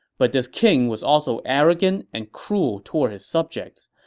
but this king was also arrogant and cruel toward his subjects,